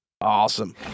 Awesome